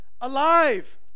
Alive